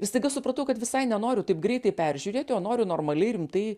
ir staiga supratau kad visai nenoriu taip greitai peržiūrėti o noriu normaliai rimtai